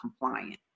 compliant